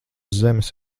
zemes